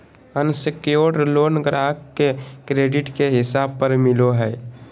unsecured loan ग्राहक के credit के हिसाब पर मिलो हय